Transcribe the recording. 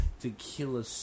tequila